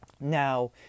Now